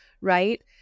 right